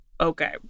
Okay